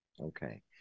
okay